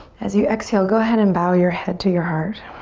as you exhale, go ahead and bow your head to your heart.